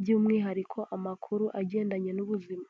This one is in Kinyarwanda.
by'umwihariko amakuru agendanye n'ubuzima.